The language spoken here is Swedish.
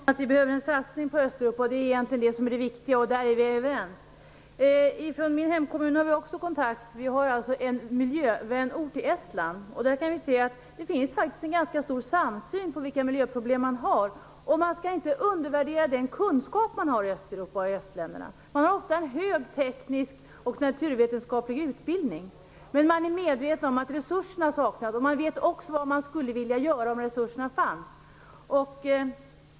Fru talman! Jag hoppas att vi kan vara överens om att vi behöver en satsning på Östeuropa. Det är egentligen det som är det viktiga. Där är vi överens. Min hemkommun har en miljövänort i Estland. I våra kontakter kan vi se att det finns en stor samsyn på vilka miljöproblem man har. Vi skall inte undervärdera den kunskap som finns i Östeuropa och östländerna. Man har ofta en hög teknisk och naturvetenskaplig utbildning. Men man är medveten om att resurserna saknas. Man vet också vad man skulle vilja göra om resurserna fanns.